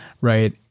Right